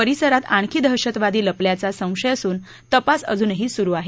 परिसरात आणखी दहशतवादी लपल्याचा संशय असून तपास अजूनही सुरु आहे